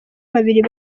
babiri